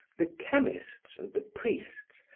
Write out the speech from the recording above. the chemists and the priests,